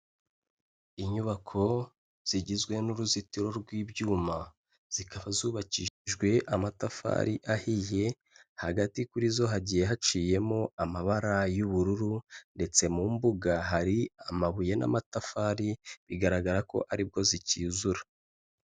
Inyubako zigizwe n'uruzitiro rw'ibyuma zikaba zubakishijwe amatafari ahiye, hagati kuri zo hagiye haciyemo amabara y'ubururu ndetse mu mbuga hari amabuye n'amatafari bigaragara ko aribwo zicyuzura.